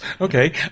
Okay